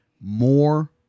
more